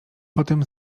potem